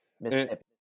Mississippi